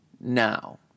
now